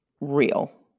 Real